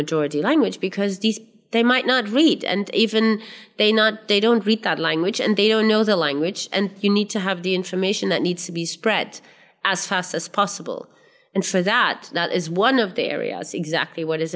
majority language because these they might not read and even they not they don't read that language and they don't know the language and you need to have the information that needs to be spread as fast as possible and for that that is one of the areas exactly what is